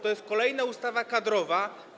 To jest kolejna ustawa kadrowa.